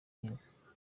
nyine